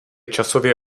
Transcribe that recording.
časově